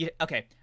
Okay